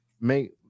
make